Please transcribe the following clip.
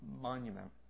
monument